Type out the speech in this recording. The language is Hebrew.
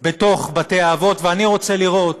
בתוך בתי-האבות, ואני רוצה לראות